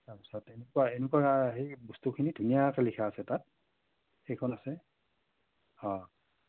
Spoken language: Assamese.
তাৰপাছত এনেকুৱা এনেকুৱা হেই বস্তুখিনি ধুনীয়াকৈ লিখা আছে তাত সেইখন আছে অঁ